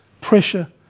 pressure